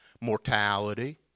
Mortality